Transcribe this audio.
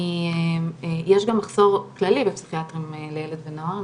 יש גם מחסור כללי בפסיכיאטרים לילד ונוער.